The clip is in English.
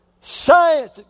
Science